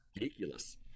ridiculous